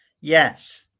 Yes